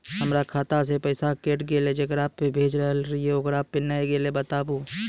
हमर खाता से पैसा कैट गेल जेकरा पे भेज रहल रहियै ओकरा पे नैय गेलै बताबू?